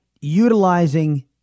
utilizing